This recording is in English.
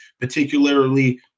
particularly